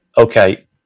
Okay